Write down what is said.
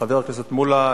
חבר הכנסת מולה,